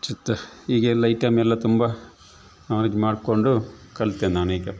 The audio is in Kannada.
ಚಿತ್ತ ಈಗೆಲ್ಲ ಐಟಮೆಲ್ಲ ತುಂಬ ಆಮೇಲಿದು ಮಾಡ್ಕೊಂಡು ಕಲಿತೆ ನಾನೀಗ